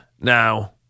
Now